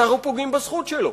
אנחנו פוגעים בזכות שלו,